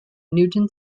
newton